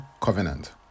Covenant